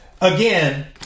Again